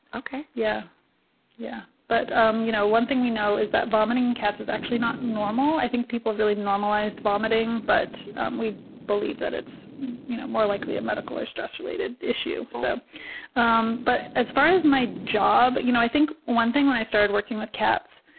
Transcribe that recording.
yeah yeah but um you know one thing we know is that vomiting cats is actually not normal. i think people really normalized vomiting, but we believe that it's you know more likely a medical or stress related issue. so um but as far as my job, you know, i think one thing when i started working with cats,